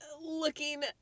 looking